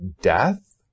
death